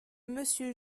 monsieur